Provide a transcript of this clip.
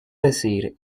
decir